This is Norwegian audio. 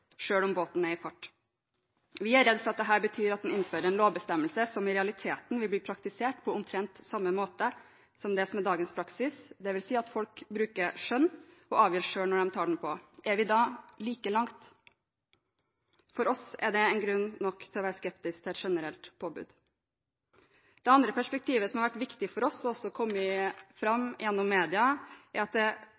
om båten er i fart. Vi er redd for at dette betyr at en innfører en lovbestemmelse som i realiteten vil bli praktisert på omtrent samme måte som det som er dagens praksis, dvs. at folk bruker skjønn og avgjør selv når de tar vest på. Er vi da like langt? For oss er det grunn nok til å være skeptisk til et generelt påbud. Det andre perspektivet som har vært viktig for oss – og som også har kommet fram